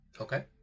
Okay